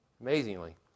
Amazingly